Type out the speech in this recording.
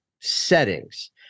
settings